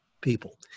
people